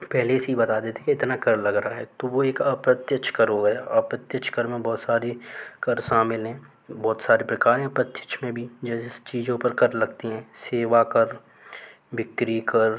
पहले से ही बता देते हैं कि इतना कर लग रहा है तो वो एक अप्रत्यक्ष कर हो गया अप्रत्यक्ष कर में बहुत सारे कर शामिल हैं बहुत सारे प्रकार हैं अप्रत्यक्ष में भी जैसे चीज़ों पर कर लगता हैं सेवा कर बिक्री कर